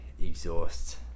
exhaust